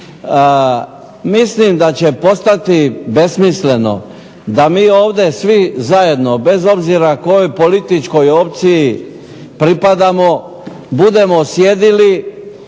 Mislim da će postati besmisleno da mi ovdje svi zajedno bez obzira kojoj političkoj opciji pripadamo budemo sjedili